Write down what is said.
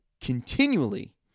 continually